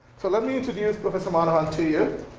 so let me introduce professor monohan to you.